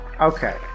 Okay